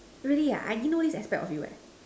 really I didn't know this aspect of you